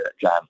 John